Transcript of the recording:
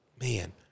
man